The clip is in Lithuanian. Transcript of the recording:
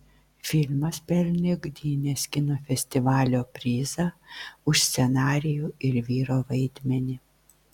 filmas pelnė gdynės kino festivalio prizą už scenarijų ir vyro vaidmenį